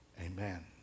Amen